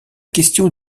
question